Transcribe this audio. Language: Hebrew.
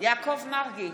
יעקב מרגי,